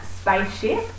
spaceship